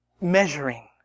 measuring